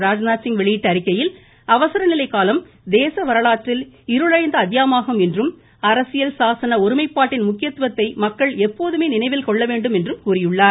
ராஜ்நாத்சிங் வெளியிட்ட அறிக்கையில் அவசர நிலை காலம் தேச வரலாற்றில் இருளடைந்த அத்தியாயமாகும் என்றும் அரசியல் சாசன ஒருமைப்பாட்டின் முக்கியத்துவத்தை மக்கள் எப்போதுமே நினைவில் கொள்ள வேண்டும் என்றும் கூறியுள்ளார்